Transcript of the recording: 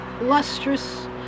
lustrous